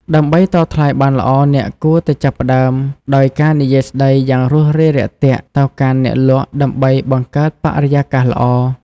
ដើម្បីតថ្លៃបានល្អ អ្នកគួរតែចាប់ផ្តើមដោយការនិយាយស្តីយ៉ាងរួសរាយរាក់ទាក់ទៅកាន់អ្នកលក់ដើម្បីបង្កើតបរិយាកាសល្អ។